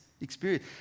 experience